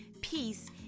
peace